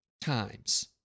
times